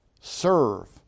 serve